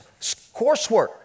coursework